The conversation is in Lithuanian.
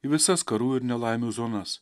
į visas karų ir nelaimių zonas